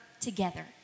together